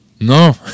No